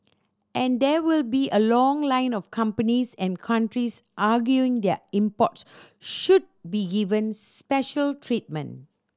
and there will be a long line of companies and countries arguing their imports should be given special treatment